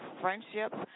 friendships